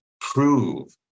prove